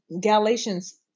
Galatians